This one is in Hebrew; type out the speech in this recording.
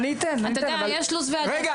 אתה יודע יש לו"ז ועדות.